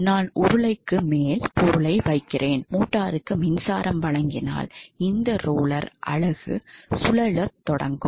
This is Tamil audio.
நான் உருளைக்கு மேல் பொருளை வைக்கிறேன் மோட்டருக்கு மின்சாரம் வழங்கினால் இந்த ரோலர் அலகு சுழலத் தொடங்கும்